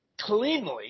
cleanly